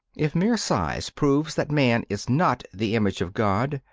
if mere size proves that man is not the image of god,